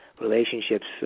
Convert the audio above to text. relationships